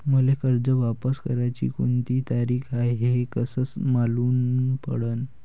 मले कर्ज वापस कराची कोनची तारीख हाय हे कस मालूम पडनं?